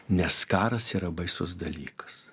nes karas yra baisus dalykas